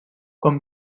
com